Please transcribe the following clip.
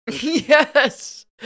Yes